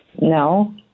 No